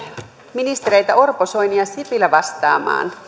ministereitä orpo soini ja sipilä vastaamaan